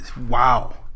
Wow